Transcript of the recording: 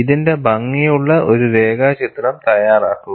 ഇതിന്റെ ഭംഗിയുള്ള ഒരു രേഖാചിത്രം തയ്യാറാക്കുക